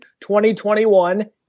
2021